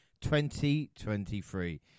2023